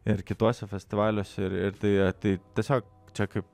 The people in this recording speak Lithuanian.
ir kituose festivaliuose ir ir tai tai tiesiog čia kaip